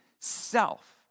self